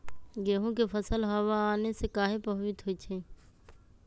गेंहू के फसल हव आने से काहे पभवित होई छई?